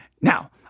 Now